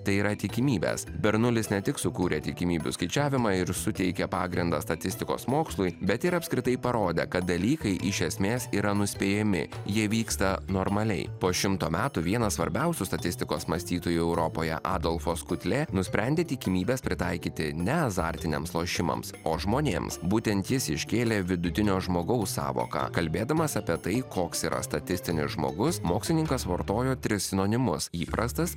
tai yra tikimybes bernulis ne tik sukūrė tikimybių skaičiavimą ir suteikė pagrindą statistikos mokslui bet ir apskritai parodė kad dalykai iš esmės yra nuspėjami jie vyksta normaliai po šimto metų vienas svarbiausių statistikos mąstytojų europoje adolfo skutlė nusprendė tikimybes pritaikyti ne azartiniams lošimams o žmonėms būtent jis iškėlė vidutinio žmogaus sąvoką kalbėdamas apie tai koks yra statistinis žmogus mokslininkas vartojo tris sinonimus įprastas